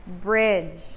Bridge